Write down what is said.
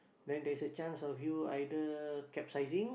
then there's a chance of you either capsizing